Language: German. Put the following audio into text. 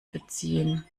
beziehen